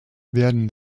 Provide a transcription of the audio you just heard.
werden